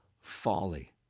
folly